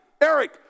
Eric